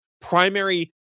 primary